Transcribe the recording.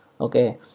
okay